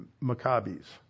Maccabees